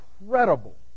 incredible